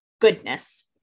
goodness